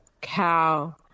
cow